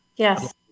Yes